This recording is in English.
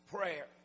Prayer